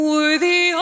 Worthy